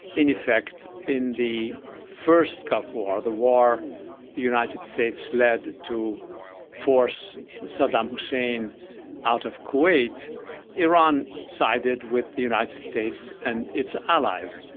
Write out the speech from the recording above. in effect, in the first gulf war, the war the united states led to force saddam hussein out of kuwait iran sided with the united states and its allies.